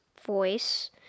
voice